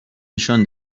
نشان